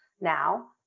now